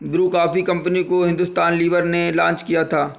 Bru coffee company को Hindustan Lever ने launch किया था